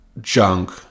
junk